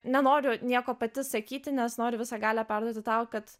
nenoriu nieko pati sakyti nes nori visą galią perduoti tau kad